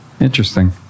Interesting